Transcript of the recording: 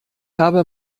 habe